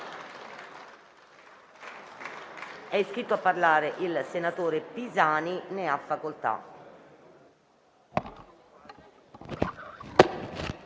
È iscritto a parlare il senatore Romagnoli. Ne ha facoltà.